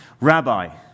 rabbi